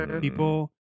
people